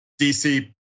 DC